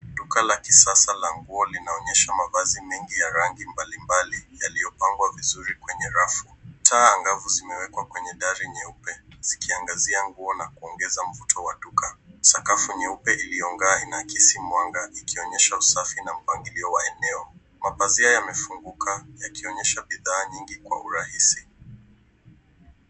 Duka la kisasa la nguo linaonyesha mavazi mengi ya rangi mbalimbali, yaliyopangwa vizuri kwenye rafu. Taa angavu zimewekwa kwenye dari nyeupe, zikiangazia nguo na kuongeza mvuto wa duka. Sakafu nyeupe iliyong'aa inaakisi mwanga ikionyesha usafi na mpangilio wa eneo. Mapazia yamefunguka, yakionyesha bidhaa nyingi kwa urahisi.